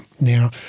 Now